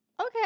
Okay